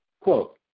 Quote